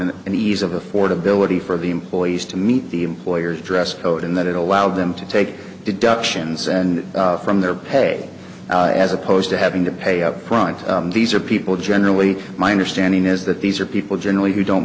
and and ease of affordability for the employees to meet the employer's dress code in that it allowed them to take deductions and from their pay as opposed to having to pay upfront these are people generally my understanding is that these are people generally who don't